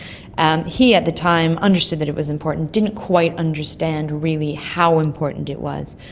and he at the time understood that it was important, didn't quite understand really how important it was,